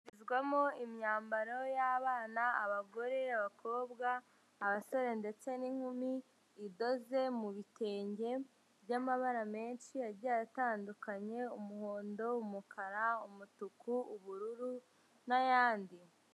Habarizwamo imyambaro y'abana, abagore n'abakobwa, abasore, ndetse n'inkumi, idoze mu bitenge by'amabara menshi agiye atandukanye, umuhondo, umukara, umutuku, ubururu, n'ayandi.